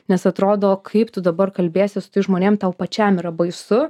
nes atrodo kaip tu dabar kalbėsi su tais žmonėm tau pačiam yra baisu